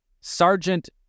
Sergeant